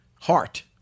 Heart